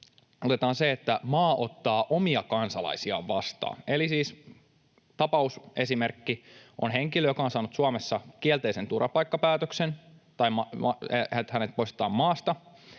otetaan se, että maa ottaa omia kansalaisiaan vastaan. Eli siis tapausesimerkki on henkilö, joka on saanut Suomessa kielteisen turvapaikkapäätöksen, eli hänet poistetaan maasta,